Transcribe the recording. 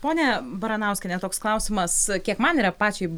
ponia baranauskiene toks klausimas kiek man yra pačiai